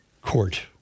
court